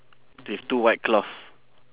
with two white cloth